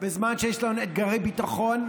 בזמן שיש לנו אתגרי ביטחון,